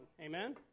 Amen